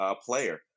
player